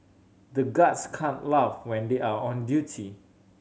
the guards can't laugh when they are on duty